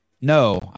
no